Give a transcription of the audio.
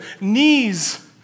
Knees